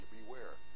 beware